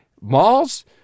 malls